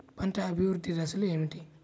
పంట అభివృద్ధి దశలు ఏమిటి?